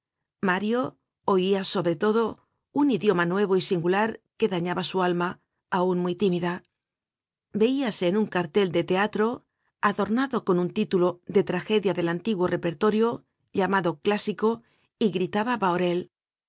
mario oia sobre todo un idioma nuevo y singular que dañaba su alma aun muy tímida veíase un cartel de teatro adornado con un título de tragedia del antiguo repertorio llamado clásico y gritaba bahorel